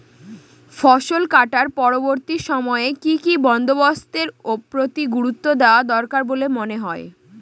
ফসলকাটার পরবর্তী সময়ে কি কি বন্দোবস্তের প্রতি গুরুত্ব দেওয়া দরকার বলে মনে হয়?